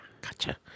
gotcha